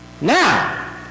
Now